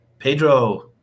Pedro